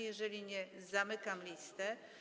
Jeżeli nie, to zamykam listę.